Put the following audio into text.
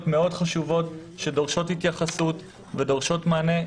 מאוד חשובות שדורשות התייחסות ומענה.